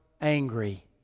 angry